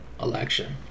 election